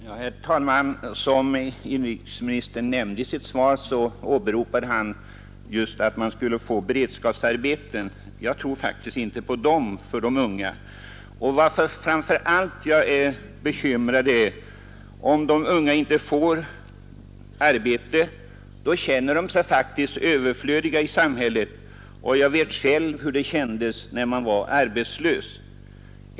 Herr talman! Inrikesministern nämnde i sitt svar att beredskapsarbeten kommer att anordnas. Jag tror faktiskt inte på sådana arbeten för de unga, och vad som framför allt gör mig bekymrad är att de ungdomar som inte får arbete känner sig överflödiga i samhället. Jag vet själv hur det kändes att vara arbetslös.